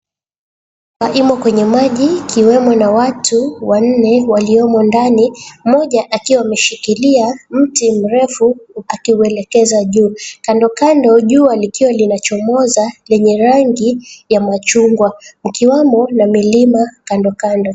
Walimo kwenye maji ikiwemo na watu wanne waliomo ndani mmoja akiwa ameshikilia mti mrefu akiuelekeza juu. Kandokando jua likiwa linachomoza lenye rangi ya machungwa. Akiwamo na milima kandokando.